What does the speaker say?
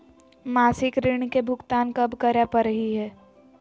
मासिक ऋण के भुगतान कब करै परही हे?